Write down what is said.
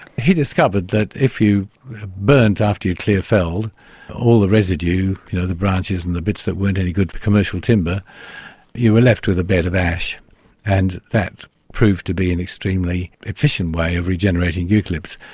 he discovered that if you burnt after you clear felled all the residue you you know, the branches and the bits that weren't any good for commercial timber you were left with a bed of ash and that proved to be an extremely efficient way of regenerating eucalypts.